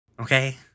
Okay